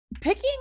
Picking